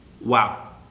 wow